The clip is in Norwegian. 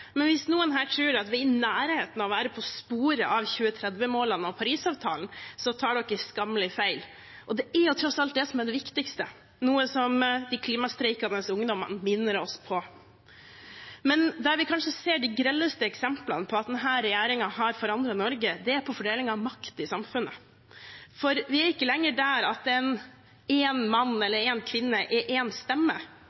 men hvis noen her tror at vi er i nærheten av å være på sporet av 2030-målene og Parisavtalen, tar de skammelig feil. Det er tross alt det som er det viktigste, noe som de klimastreikende ungdommene minner oss på. Men der vi kanskje ser de grelleste eksemplene på at denne regjeringen har forandret Norge, er på fordeling av makt i samfunnet. For vi er ikke lenger der at én mann